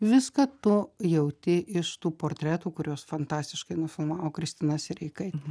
viską tu jauti iš tų portretų kuriuos fantastiškai nufilmavo kristina sereikaitė